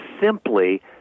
simply